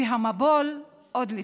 והמבול עוד לפנינו.